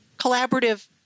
collaborative